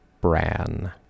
bran